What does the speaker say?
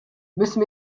müssen